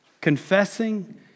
confessing